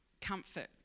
comfort